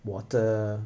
water